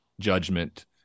judgment